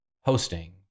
hosting